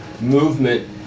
movement